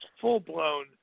full-blown